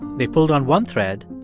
they pulled on one thread,